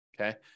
okay